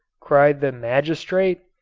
cried the magistrate.